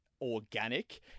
organic